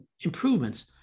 improvements